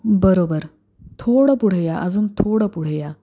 बरोबर थोडं पुढं या अजून थोडं पुढं या